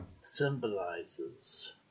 symbolizes